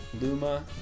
Luma